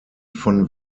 von